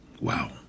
wow